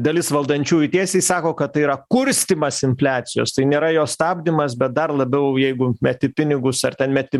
dalis valdančiųjų tiesiai sako kad tai yra kurstymas infliacijos tai nėra jos stabdymas bet dar labiau jeigu meti pinigus ar ten meti